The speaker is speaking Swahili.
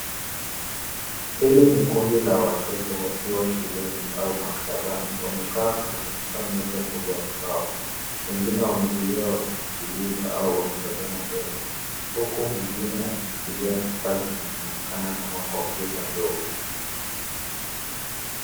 Hili ni kundi la watoto wakiwa shuleni au maktabani. Wamekaa kwenye meza kubwa ya mbao, wengine wametulia wamekisikiliza au wakitazama mbele huku mwingine akishikilia kifaa kinachoonekana kama kompyuta ndogo.